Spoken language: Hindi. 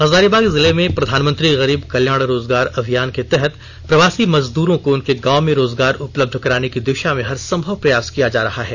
हजारीबाग जिले में प्रधानमंत्री गरीब कल्याण रोजगार अभियान के तहत प्रवासी मजदूरों को उनके गांव में रोजगार उपलब्ध कराने की दिशा में हरसंभव प्रयास किया जा रहा है